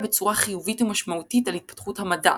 בצורה חיובית ומשמעותית על התפתחות המדע,